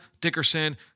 Dickerson